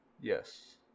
Yes